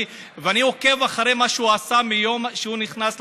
ואני עוקב אחרי מה שהוא עשה מיום שהוא נכנס לכנסת,